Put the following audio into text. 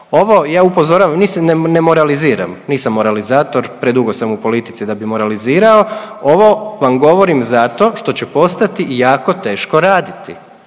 Ovo ja upozoravam, mislim ne moraliziram, nisam moralizator, predugo sam u politici da bi moralizirao, ovo vam govorim zato što će postati jako teško raditi